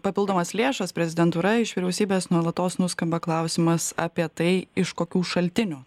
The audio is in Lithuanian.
papildomas lėšas prezidentūra iš vyriausybės nuolatos nuskamba klausimas apie tai iš kokių šaltinių